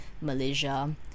Malaysia